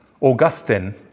Augustine